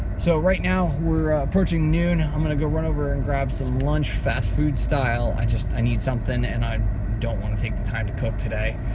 so, right now, we're approaching noon. i'm gonna go run over and grab some lunch, fast food-style. i just, i need something and i don't wanna take the time to cook today.